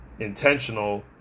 intentional